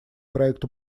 проекту